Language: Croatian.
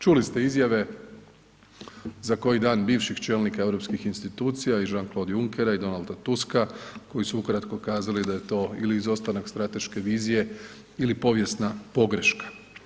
Čuli ste izjave, za koji dan bivših čelnika europskih institucija i Jeana Clode Junckera i Donalda Tuska koji su ukratko kazali da je to ili izostanak strateške vizije ili povijesna pogreška.